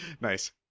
Nice